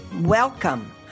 Welcome